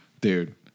dude